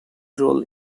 role